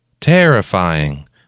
Terrifying